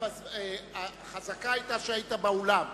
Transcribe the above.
למה יש כמה דוברים אחרי, חזקה היתה שהיית באולם.